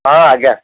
ହଁ ଆଜ୍ଞା